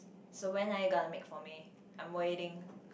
so when are you gonna make for me I'm waiting